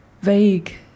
vague